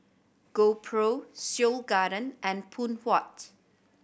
GoPro Seoul Garden and Phoon Huat